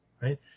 right